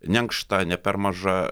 neankšta ne per maža